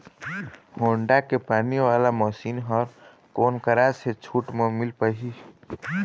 Honda के पानी वाला मशीन हर कोन करा से छूट म मिल पाही?